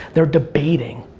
they're debating.